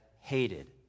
hated